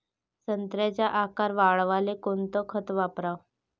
संत्र्याचा आकार वाढवाले कोणतं खत वापराव?